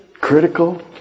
critical